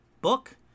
book